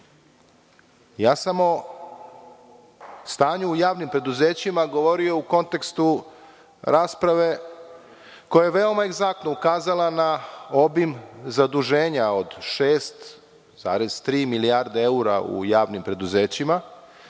o stanju u javnim preduzećima govorio sam u kontekstu rasprave koja je veoma egzaktno ukazala na obim zaduženja od 6,3 milijarde evra u javnim preduzećima